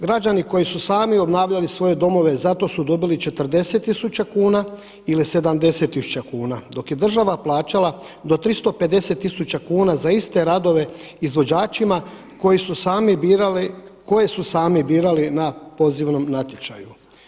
Građani koji su sami obnavljali svoje domove zato su dobili 40 tisuća kuna ili 70 tisuća kuna dok je država plaćala do 350 tisuća kuna za iste radove izvođačima koje su sami birali, koje su sami birali na pozivnom natječaju.